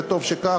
וטוב שכך.